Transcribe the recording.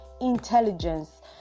intelligence